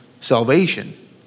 salvation